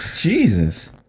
Jesus